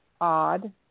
odd